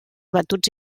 batuts